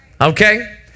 okay